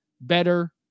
Better